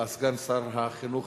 סגן שר החינוך,